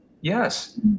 Yes